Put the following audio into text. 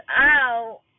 out